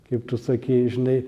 kaip tu sakei žinai